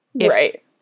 right